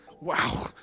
wow